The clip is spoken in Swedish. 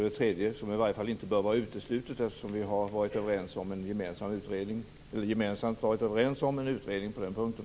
Det är i alla fall något som inte bör vara uteslutet eftersom vi har varit överens om en utredning på den punkten.